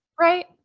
Right